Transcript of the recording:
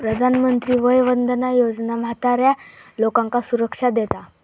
प्रधानमंत्री वय वंदना योजना म्हाताऱ्या लोकांका सुरक्षा देता